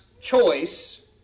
choice